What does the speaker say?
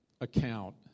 account